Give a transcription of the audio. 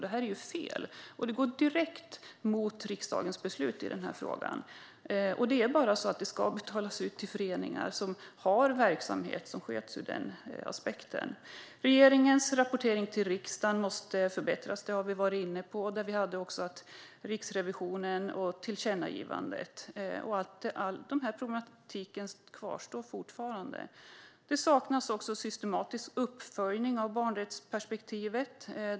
Det är fel, och det går rakt emot riksdagens beslut i frågan. Medel ska bara betalas ut till föreningar som har verksamhet som sköts ur den aspekten. Regeringens rapportering till riksdagen måste förbättras. Det har vi varit inne på, liksom på Riksrevisionen, tillkännagivandet och att den här problematiken kvarstår. Det saknas också systematisk uppföljning av barnrättsperspektivet.